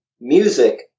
music